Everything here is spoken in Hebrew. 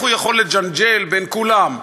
איך הוא יכול לג'נגל בין כולם?